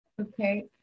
Okay